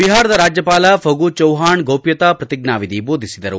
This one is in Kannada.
ಬಿಹಾರ ರಾಜ್ಯಪಾಲ ಫಗು ಚೌವಾಣ್ ಗೋಪ್ಯತಾ ಪ್ರತಿಜ್ಞಾವಿಧಿ ಬೋಧಿಸಿದರು